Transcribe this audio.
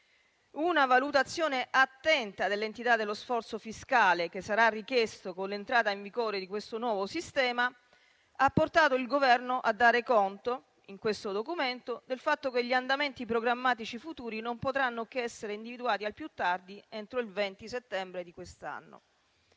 Una valutazione attenta dell'entità dello sforzo fiscale che sarà richiesto con l'entrata in vigore del nuovo sistema ha portato il Governo a dare conto, in questo Documento, del fatto che gli andamenti programmatici futuri non potranno che essere individuati al più tardi entro il 20 settembre di quest'anno.